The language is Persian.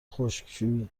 خشکشویی